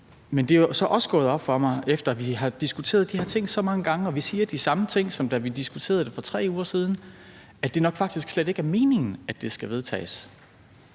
Men det er så også gået op for mig, efter at vi har diskuteret de her ting så mange gange – og vi siger de samme ting, som da vi diskuterede det for 3 uger siden – at det nok faktisk slet ikke er meningen, at det skal vedtages.